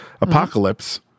Apocalypse